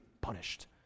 punished